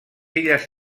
illes